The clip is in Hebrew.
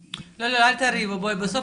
לא, לא אל תריבו אנחנו בסוף